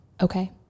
Okay